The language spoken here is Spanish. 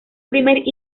primer